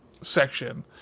section